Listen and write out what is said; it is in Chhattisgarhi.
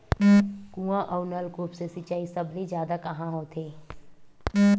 कुआं अउ नलकूप से सिंचाई सबले जादा कहां होथे?